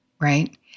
right